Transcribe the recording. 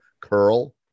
curl